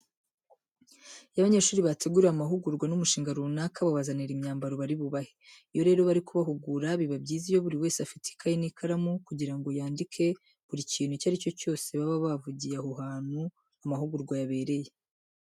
Iyo abanyeshuri bateguriwe amahugurwa n'umushinga runaka, babazanira n'imyambaro bari bubahe. Iyo rero bari kubahugura biba byiza iyo buri wese afite ikayi n'ikaramu kugira ngo yandike buri kintu icyo ari cyo cyose baba bavugiye aho hantu amahugurwa yabereye.